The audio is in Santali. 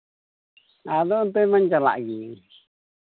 ᱟᱫᱚ ᱮᱱᱛᱮᱫ ᱢᱟᱧ ᱪᱟᱞᱟᱜ ᱜᱮ